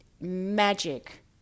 magic